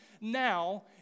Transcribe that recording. now